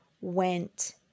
went